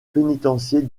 pénitencier